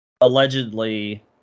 allegedly